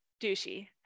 douchey